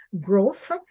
growth